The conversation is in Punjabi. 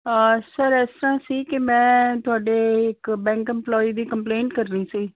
ਹਾਂ ਸਰ ਇਸ ਤਰਾਂ ਸੀ ਕਿ ਮੈਂ ਤੁਹਾਡੇ ਇੱਕ ਬੈਂਕ ਇਮਪਲੋਈ ਦੀ ਕੰਪਲੇਂਟ ਕਰਨੀ ਸੀ